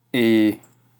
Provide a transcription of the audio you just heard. Eey